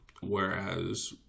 whereas